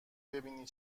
ببینی